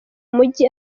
mujyi